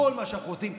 כל מה שאנחנו עושים.